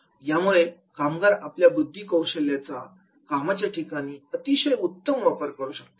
यामुळे कामगार आपल्या बुद्धी कौशल्याचा कामाच्या ठिकाणी अतिशय उत्तम वापर करू शकतात